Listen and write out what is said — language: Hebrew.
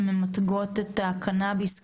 הם ממתגים את קנביס כ-T-1,